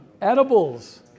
Edibles